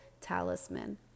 talisman